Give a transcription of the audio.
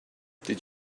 did